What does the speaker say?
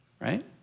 Right